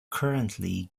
currently